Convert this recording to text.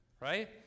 Right